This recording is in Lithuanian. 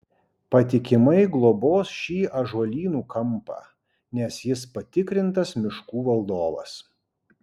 patikimai globos šį ąžuolynų kampą nes jis patikrintas miškų valdovas